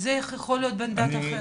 אז איך יכול להיות בן דת אחרת?